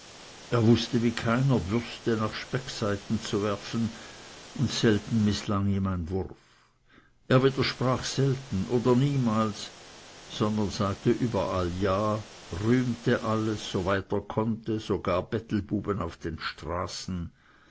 er wußte wie keiner würste nach speckseiten zu werfen und selten mißlang ihm ein wurf er widersprach selten oder niemals sagte überall ja rühmte alles soweit er konnte sogar bettelbuben auf den straßen